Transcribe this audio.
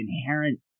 inherent